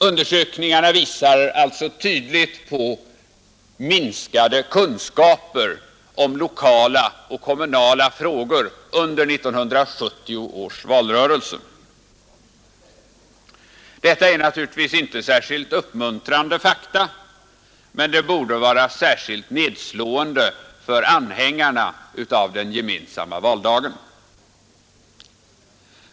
Undersökningarna visar alltså tydligt på minskade kunskaper om lokala och kommunala frågor under 1970 års valrörelse. Detta är naturligtvis inte särskilt uppmuntrande fakta, men de borde vara särskilt nedslående för anhängarna av den gemensamma valdagen.